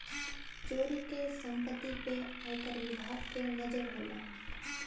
चोरी क सम्पति पे आयकर विभाग के नजर होला